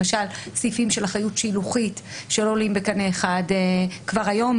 למשל סעיפים של אחריות שילוחית שלא עולים בקנה אחד כבר היום